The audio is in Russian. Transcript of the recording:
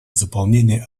заполнения